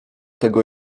tego